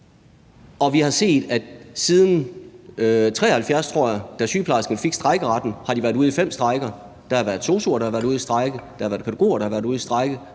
og vi har set, at siden 1973, tror jeg, da sygeplejerskerne fik strejkeretten, har de været ude i fem strejker, og der har været sosu'er, der har været ude i strejke, og der har været pædagoger, der har været ude i strejke,